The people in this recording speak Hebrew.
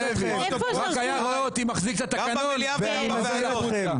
רק היה רואה אותי מחזיק את התקנון ואומר לי לצאת החוצה.